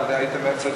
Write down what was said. אבל הייתי באמצע דיבור,